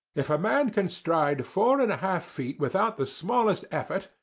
if a man can stride four and a-half feet without the smallest effort,